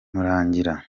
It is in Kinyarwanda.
murangira